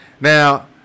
Now